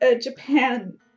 Japan